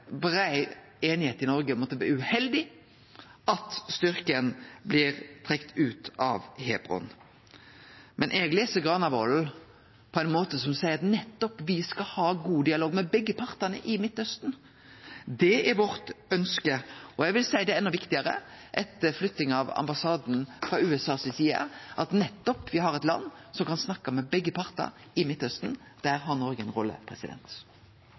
brei einigheit i Noreg om at det er uheldig at styrken blir trekt ut av Hebron, men eg les Granavolden-plattforma slik at nettopp me skal ha god dialog med begge partane i Midtausten. Det er vårt ønske, og eg vil seie at det er enda viktigare etter at USA flytta ambassaden sin, at me har eit land som kan snakke med begge partar i Midtausten. Der har Noreg ei rolle.